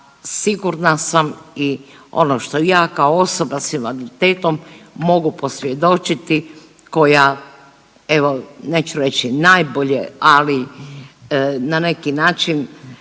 sigurna sam i ono što ja kao osoba s invaliditetom mogu posvjedočiti koja evo neću reći najbolje, ali na neki način